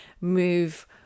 move